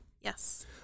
Yes